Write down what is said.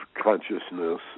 consciousness